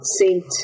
Saint